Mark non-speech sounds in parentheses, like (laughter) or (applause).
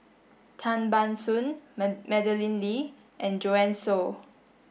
Tan Ban Soon (unintelligible) Madeleine Lee and Joanne Soo